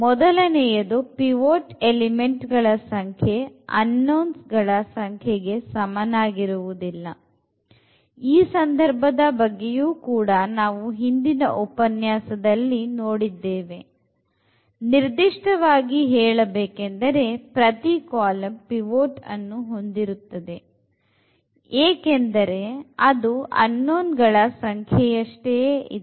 ಮೊದಲನೆಯದು pivot element ಗಳ ಸಂಖ್ಯೆ ಅನ್ನೋನ್ ಗಳ ಸಂಖ್ಯೆ ಸಮನಾಗಿರುವುದಿಲ್ಲ ಈ ಸಂದರ್ಭದ ಬಗ್ಗೆಯೂ ಕೂಡ ನಾವು ಹಿಂದಿನ ಉಪನ್ಯಾಸದಲ್ಲಿ ನೋಡಿದ್ದೇವೆ ನಿರ್ದಿಷ್ಟವಾಗಿ ಹೇಳಬೇಕೆಂದರೆ ಪ್ರತಿ ಕಾಲಂ ಪಿವೊಟ್ ಹೊಂದಿರುತ್ತದೆ ಏಕೆಂದರೆ ಅದು ಅನ್ನೋನ್ ಗಳ ಸಂಖ್ಯೆಯಷ್ಟೇ ಇದೆ